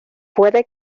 puede